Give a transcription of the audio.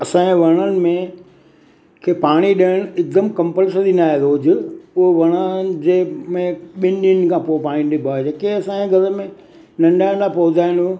असांजे वणनि में खे पाणी ॾियणु हिकदमु कंपलसरी न आहे रोज़ु उहा वणनि जंहिंमें ॿिनि ॾींहनि खां पोइ पाणी ॾिबो आहे जेके असांजा घर में नंढा नंढा पौधा आहिनि हो